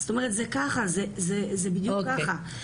זאת אומרת, זה ככה, זה בדיוק ככה.